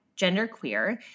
genderqueer